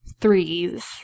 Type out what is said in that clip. threes